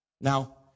Now